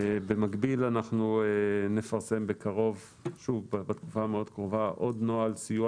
במקביל אנחנו נפרסם בתקופה הקרובה מאוד עוד נוהל סיוע